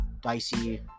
dicey